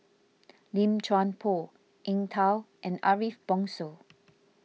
Lim Chuan Poh Eng Tow and Ariff Bongso